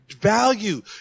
Value